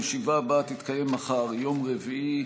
הישיבה הבאה תתקיים מחר, יום רביעי,